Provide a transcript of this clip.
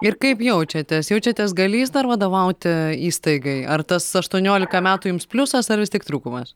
ir kaip jaučiatės jaučiatės galįs dar vadovauti įstaigai ar tas aštuoniolika metų jums pliusas ar vis tik trūkumas